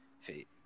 feet